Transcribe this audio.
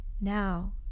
Now